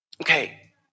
Okay